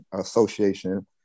Association